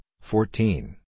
fourteen